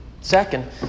Second